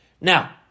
Now